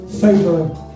favor